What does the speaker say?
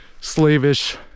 slavish